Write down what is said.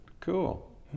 Cool